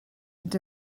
fynd